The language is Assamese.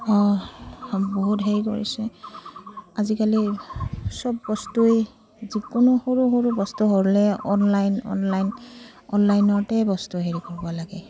অঁ বহুত হেৰি কৰিছে আজিকালি চব বস্তুৱেই যিকোনো সৰু সৰু বস্তু হ'লে অনলাইন অনলাইন অনলাইনতে বস্তু হেৰি কৰিব লাগে